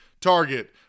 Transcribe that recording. Target